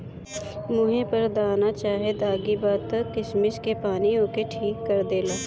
मुहे पर दाना चाहे दागी बा त किशमिश के पानी ओके ठीक कर देला